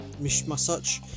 massage